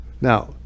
Now